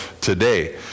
today